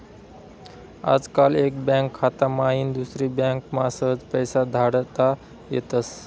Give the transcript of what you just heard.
आजकाल एक बँक खाता माईन दुसरी बँकमा सहज पैसा धाडता येतस